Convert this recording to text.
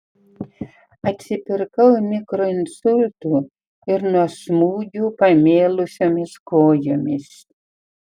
atsipirkau mikroinsultu ir nuo smūgių pamėlusiomis kojomis